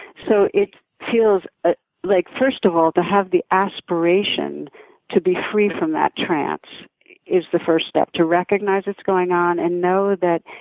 so it feels ah like, first of all, to have the aspiration to be free from that trance is the first step. to recognize it's going on and know that